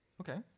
Okay